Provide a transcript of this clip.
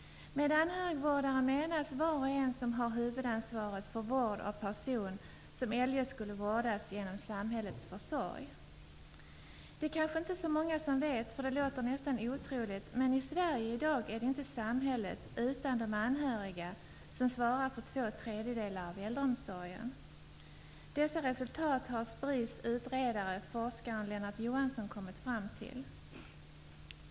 Med anhörigvårdare menas var och en som har huvudansvaret för vård av person som eljest skulle vårdas genom samhällets försorg. Det är kanske inte många som vet -- för det låter nästan otroligt -- men i Sverige i dag är det inte samhället utan de anhöriga som svarar för två tredjedelar av äldreomsorgen. Dessa resultat har SPRI:s utredare forskaren Lennart Johansson kommit fram till.